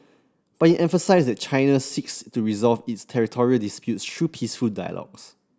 but emphasised that China seeks to resolve its territorial disputes through peaceful dialogues